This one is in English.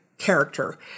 character